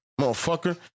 Motherfucker